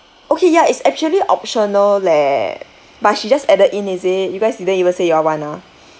okay ya it's actually optional leh but she just added in is it you guys didn't even say you all want ah